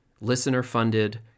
Listener-funded